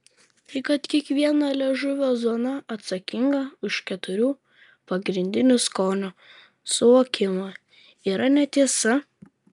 tai kad kiekviena liežuvio zona atsakinga už keturių pagrindinių skonių suvokimą yra netiesa